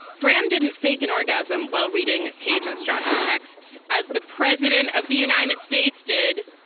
graham didn't fake an orgasm while reading. page instructs texts as the president of the united states did.